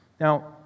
Now